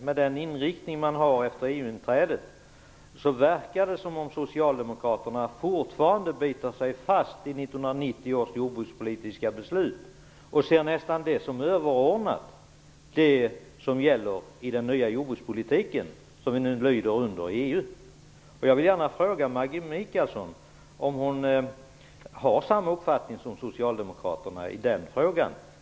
Med den inriktning man haft efter EU-inträdet verkar det som att Socialdemokraterna fortfarande biter sig fast vid 1990-års jordbrukspolitiska beslut och nästan ser det som överordnat det som gäller i den nya jordbrukspolitiken som vi nu lyder under inom EU. Jag vill fråga Maggi Mikaelsson om hon har samma uppfattning som Socialdemokraterna i den frågan.